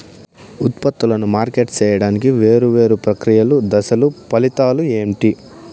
ఉత్పత్తులను మార్కెట్ సేయడానికి వేరువేరు ప్రక్రియలు దశలు ఫలితాలు ఏంటి?